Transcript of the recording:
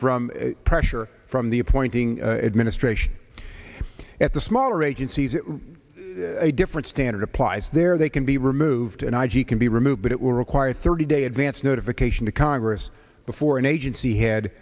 from pressure from the appointing administration at the smaller agencies to a different standard applies there they can be removed and i g can be removed but it will require a thirty day advance notification to congress before an agency head